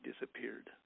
disappeared